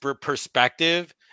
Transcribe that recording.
perspective